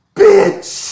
bitch